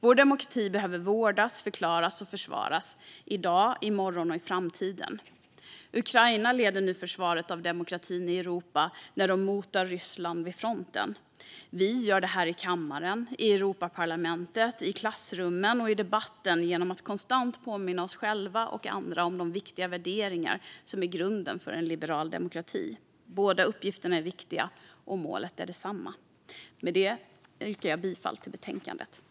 Vår demokrati behöver vårdas, förklaras och försvaras i dag, i morgon och i framtiden. Ukraina leder nu försvaret av demokratin i Europa när de motar Ryssland vid fronten. Vi gör det här i kammaren, i Europaparlamentet, i klassrummen och i debatten genom att konstant påminna oss själva och andra om de viktiga värderingar som är grunden för en liberal demokrati. Båda uppgifterna är viktiga, och målet är detsamma. Med detta yrkar jag bifall till utskottets förslag i betänkandet.